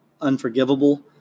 unforgivable